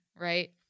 right